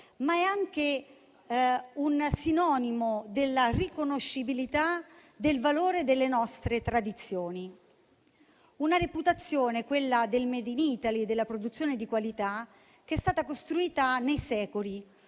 ma è anche sinonimo di riconoscibilità del valore delle nostre tradizioni. È una reputazione, quella del *made in Italy* e della produzione di qualità, che è stata costruita nei secoli,